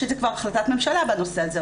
יש את זה כבר בהחלטת ממשלה בנושא הזה,